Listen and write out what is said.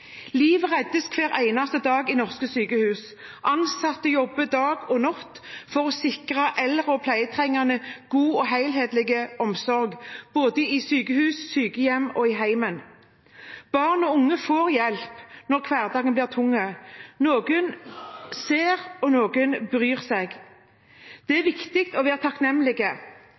Liv reddes hver eneste dag i norske sykehus. Ansatte jobber dag og natt for å sikre eldre og pleietrengende en god og helhetlig omsorg både på sykehus, i sykehjem og i hjemmet. Barn og unge får hjelp når hverdagen blir tung – noen ser og noen bryr seg. Det er viktig å være takknemlig. Som politikere må vi